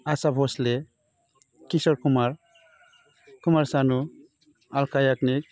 Asha Bhosle Kishore Kumar Kumar Sanu Alka Yagnik